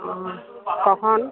ও কখন